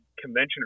convention